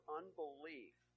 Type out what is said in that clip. unbelief